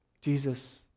Jesus